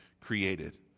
created